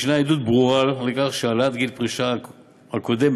יש עדות ברורה לכך שהעלאת גיל הפרישה הקודמת,